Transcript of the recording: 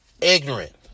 ignorant